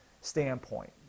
standpoint